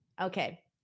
Okay